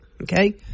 Okay